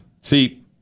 See